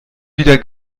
wieder